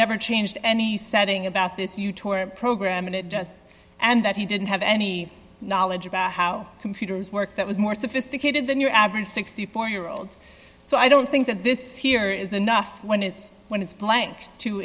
never changed any setting about this you tour program and that he didn't have any knowledge of how computers work that was more sophisticated than your average sixty four year old so i don't think that this here is enough when it's when it's blank to